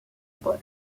paul